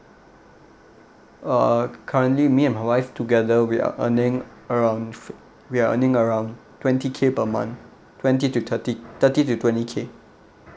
uh currently me and my wife together we are earning around f~ we're earning around twenty K per month twenty to thirty thirty to twenty K